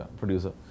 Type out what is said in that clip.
producer